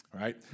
Right